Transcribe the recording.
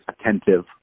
attentive